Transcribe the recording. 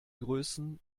größen